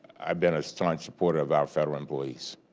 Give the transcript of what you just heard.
i've been a staunch supporter of our federal employees